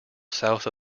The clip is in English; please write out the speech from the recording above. south